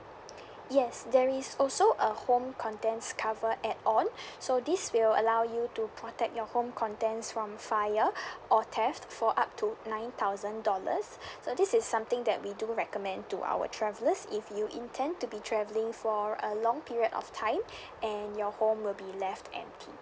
yes there is also a home contents cover add on so this will allow you to protect your home contents from fire or theft for up to nine thousand dollars so this is something that we do recommend to our travellers if you intend to be travelling for a long period of time and your home will be left empty